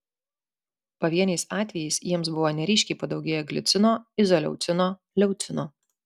pavieniais atvejais jiems buvo neryškiai padaugėję glicino izoleucino leucino